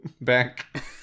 back